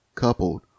coupled